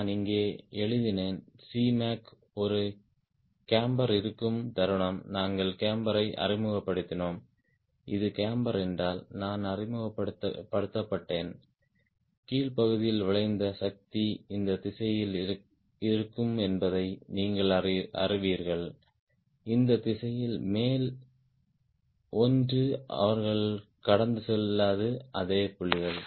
நான் இங்கே எழுதினேன் Cmac ஒரு கேம்பர் இருக்கும் தருணம் நாங்கள் கேம்பரை அறிமுகப்படுத்தினோம் இது கேம்பர் என்றால் நான் அறிமுகப்படுத்தப்பட்டேன் கீழ் பகுதியில் விளைந்த சக்தி இந்த திசையில் இருக்கும் என்பதை நீங்கள் அறிவீர்கள் இந்த திசையில் மேல் ஒன்று அவர்கள் கடந்து செல்லாது அதே புள்ளியில்